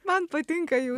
man patinka jū